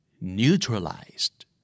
Neutralized